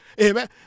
amen